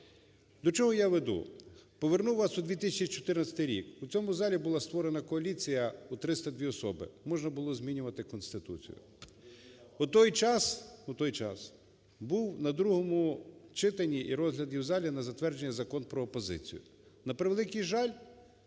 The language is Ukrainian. До чого я веду? Поверну вас у 2014 рік, у цьому залі була створена коаліція у 302 особи, можна було змінювати Конституцію. У той час... У той час був на другому читанні і розгляді в залі на затвердження Закон про опозицію. На превеликий жаль,